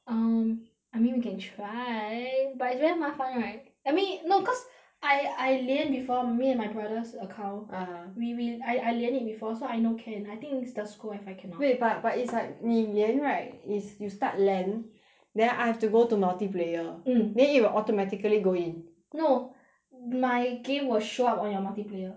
um I mean we can try but it's very 麻烦 right I mean no cause I I 连 before me and my brothers' account ah we we I I 连 it before so I know can I think is the school wifi cannot wait but but it's like 你连 right is you start land then I have to go to multi player mm then it will automatically go in no my game will show up on your multiplayer